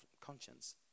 conscience